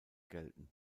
gelten